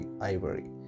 ivory